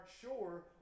sure